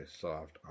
soft